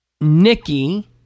Nikki